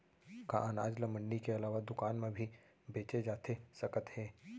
का अनाज ल मंडी के अलावा दुकान म भी बेचे जाथे सकत हे?